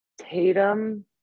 Tatum